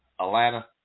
Atlanta